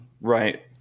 Right